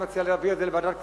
להעביר את זה לוועדת הכספים,